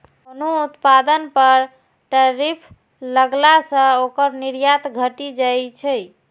कोनो उत्पाद पर टैरिफ लगला सं ओकर निर्यात घटि जाइ छै